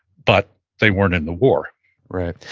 but they weren't in the war right.